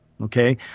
okay